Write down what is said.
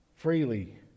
Freely